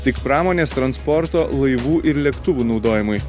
tik pramonės transporto laivų ir lėktuvų naudojimui